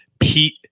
Pete